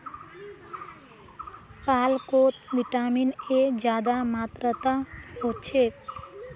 पालकोत vitamin A ज्यादा मात्रात होछे